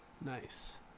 Nice